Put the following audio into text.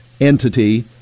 entity